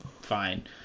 fine